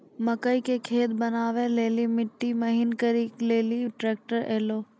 मकई के खेत बनवा ले ली मिट्टी महीन करे ले ली ट्रैक्टर ऐलो?